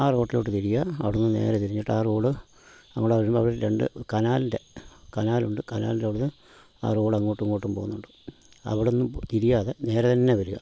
ആ റോട്ടിലോട്ട് തിരിയുക അവിടുന്ന് നേരെ തിരിഞ്ഞിട്ട് ആ റോഡ് അവിടെ വരുമ്പോൾ അവിടെ രണ്ട് കനാലിൻ്റെ കനാലുണ്ട് കനലിൻ്റ അവിടുന്ന് ആ റോഡ് അങ്ങോട്ടും ഇങ്ങോട്ടും പോകുന്നുണ്ട് അവിടുന്ന് തിരിയാതെ നേരെ തന്നെ വരുക